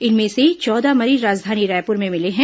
इनमें से चौदह मरीज राजधानी रायपुर में मिले हैं